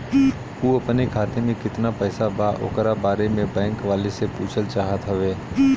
उ अपने खाते में कितना पैसा बा ओकरा बारे में बैंक वालें से पुछल चाहत हवे?